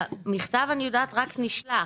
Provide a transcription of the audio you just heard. המכתב רק נשלח.